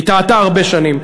היא טעתה הרבה פעמים.